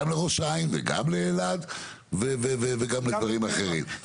גם לראש העין וגם לאלעד וגם לדברים אחרים,